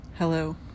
Hello